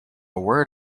word